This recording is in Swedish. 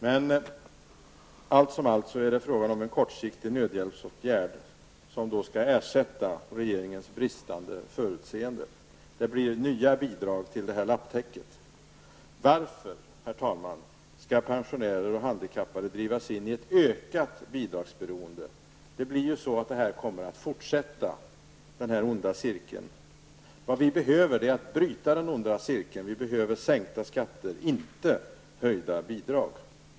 Men allt som allt är det fråga om en kortsiktig nödhjälpsåtgärd, som skall ersätta regeringens bristande förutseende. Det blir nya bidrag till lapptäcket. Varför skall pensionärer och handikappade dras in i ett ökat bidragsberoende? Den här onda cirkeln kommer ju att fortsätta. Vad vi behöver är att bryta den onda cirkeln. Vi behöver sänkta skatter, inte höjda bidrag.